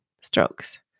strokes